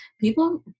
people